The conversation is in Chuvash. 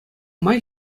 май